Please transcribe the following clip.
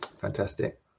Fantastic